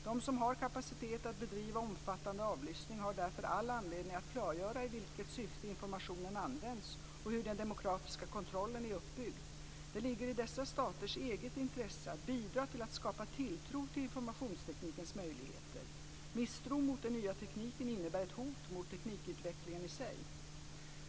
De som har kapacitet att bedriva omfattande avlyssning har därför all anledning att klargöra i vilket syfte informationen används och hur den demokratiska kontrollen är uppbyggd. Det ligger i dessa staters eget intresse att bidra till att skapa tilltro till informationsteknikens möjligheter. Misstro mot den nya tekniken innebär ett hot mot teknikutvecklingen i sig.